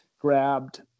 grabbed